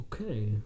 Okay